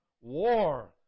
war